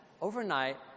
overnight